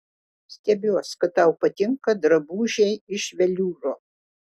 stebiuos kad tau patinka drabužiai iš veliūro